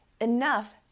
enough